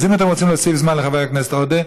אז אם אתם רוצים להוסיף זמן לחבר הכנסת עודה,